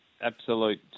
absolute